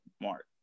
mark